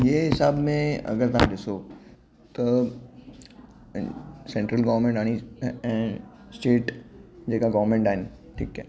ये हिसाब में अगरि तव्हां ॾिसो त ऐं सैंट्रल गॉर्मेंट यानी ऐं ऐं स्टेट जेका गॉर्मेंट आहिनि ठीकु है